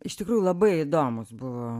iš tikrųjų labai įdomus buvo